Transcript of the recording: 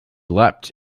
leapt